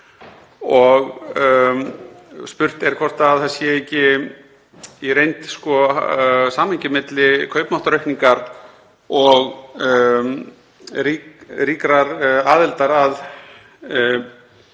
á. Spurt er hvort það sé ekki í raun samhengi milli kaupmáttaraukningar og ríkrar aðildar að